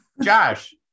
Josh